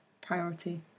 priority